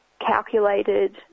calculated